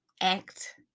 act